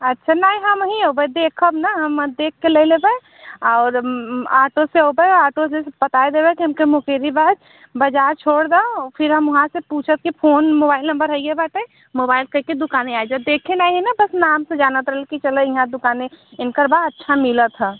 अच्छा नहीं हम ही आबे देखब ना देख के ले लेबे और आटो से आबे आटो से बताई देवे है कि सीधी बस बाजार छोड़ देओ फ़िर हम वहाँ से पूछा कि फ़ोन मोबाइल नम्बर हहई बाटे मोबाइल से की दुकाने आते देखे नाही हैं बस नाम से जानत रही कि चलई यहन दुकाने इनकर बा अच्छा मिलत है